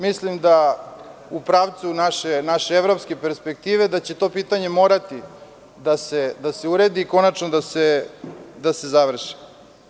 Mislim da u pravcu naše evropske perspektive će to pitanje morati da se uredi, konačno da se završi.